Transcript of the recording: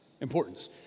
importance